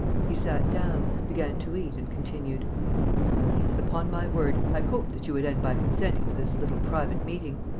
he sat down, began to eat and continued yes, upon my word, i hoped that you would end by consenting to this little private meeting.